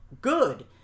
good